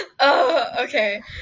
Okay